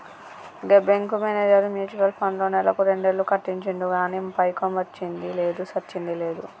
గా bank manager mutual ఫండ్లో నెలకు రెండేలు కట్టించిండు గానీ పైకమొచ్చ్చింది లేదు, సచ్చింది లేదు